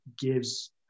gives